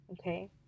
okay